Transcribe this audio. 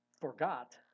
forgot